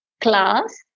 class